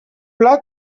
pla